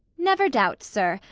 nev'r doubt, sir,